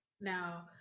Now